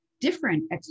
different